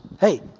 Hey